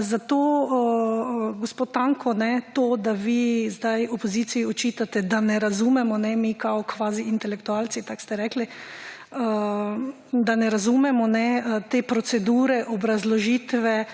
Zato gospod Tanko, to da vi zdaj opoziciji očitate, da ne razumemo, mi kao kvazi intelektualci, tako ste rekli, da ne razumemo te procedure obrazložitve